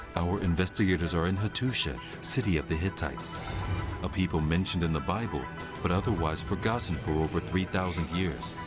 our investigators are in hattusha, city of the hittites a people mentioned in the bible but otherwise forgotten for over three thousand years.